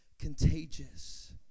contagious